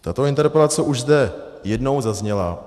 Tato interpelace už zde jednou zazněla.